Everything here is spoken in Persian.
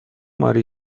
ماری